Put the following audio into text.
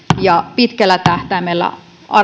ja pitkällä tähtäimellä